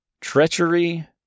Treachery